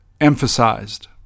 emphasized